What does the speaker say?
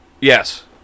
Yes